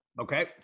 Okay